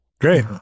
Great